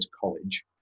college